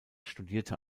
studierte